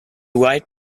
white